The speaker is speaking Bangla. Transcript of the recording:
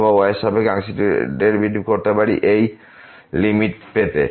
অথবা y এর সাপেক্ষে আংশিক ডেরিভেটিভ করতে পারি এই লিমিট পেতে